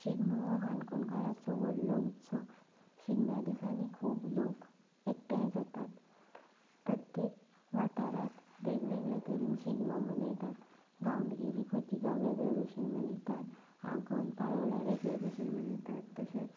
शिगमो हो काणकोणकारांचो व्हडलो उत्सव शिगम्या दिसांनी खूब लोक एकठांय जातात प्रत्येक वाठारांत वेगवेगळे तरेन शिगमो मनयतात गांवडोंगरी खोतिगांव वेगळे भशेन मनयतात आगोंद पाळोळ्या वेगळे भशेन मनयतात तशेंच